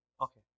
Okay